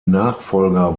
nachfolger